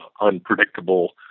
unpredictable